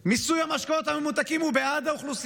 מיסוי המשקאות הממותקים הוא בעד האוכלוסייה,